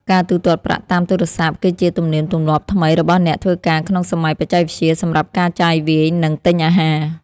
ការទូទាត់ប្រាក់តាមទូរស័ព្ទគឺជាទំនៀមទម្លាប់ថ្មីរបស់អ្នកធ្វើការក្នុងសម័យបច្ចេកវិទ្យាសម្រាប់ការចាយវាយ និង ទិញអាហារ។